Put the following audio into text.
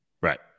Right